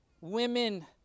Women